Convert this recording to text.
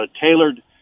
tailored